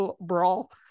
brawl